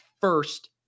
first